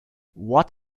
what